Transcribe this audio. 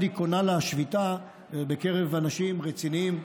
היא קונה לה שביתה בקרב אנשים רציניים,